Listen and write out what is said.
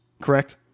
correct